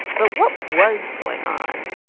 but what was going on?